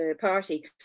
party